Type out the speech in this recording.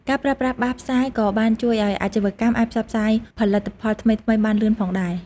ការប្រើប្រាស់បាសផ្សាយក៏បានជួយឱ្យអាជីវកម្មអាចផ្សព្វផ្សាយផលិតផលថ្មីៗបានលឿនផងដែរ។